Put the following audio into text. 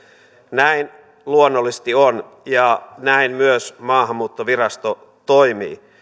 näin luonnollisesti on ja näin myös maahanmuuttovirasto toimii